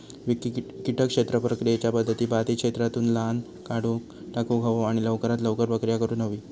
किटक क्षेत्र प्रक्रियेच्या पध्दती बाधित क्षेत्रातुन लाह काढुन टाकुक हवो आणि लवकरात लवकर प्रक्रिया करुक हवी